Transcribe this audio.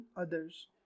others